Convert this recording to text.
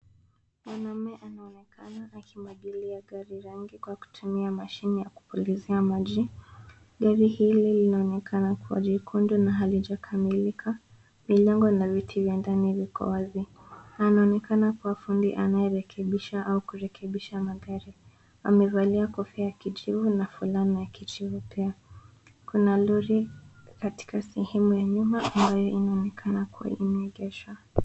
Mwanaume anaonekana akimwagilia gari rangi kwa kutumia mashine ya kupulizia maji. Gari hili linaonekana kua jekundu na halijakamilika. Milango na viti vya ndani viko wazi. Anaonekana kua fundi anayerekebisha au kurekebisha magari. Amevalia kofia ya kijivu na fulana ya kijivu pia. Kuna lori katika sehemu ya nyuma ambayo inaonekana kua imeegeshwa.